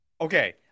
Okay